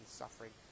suffering